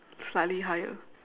slightly higher